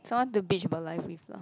someone to bitch about life with lah